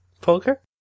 poker